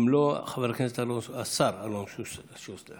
אם לא, השר אלון שוסטר.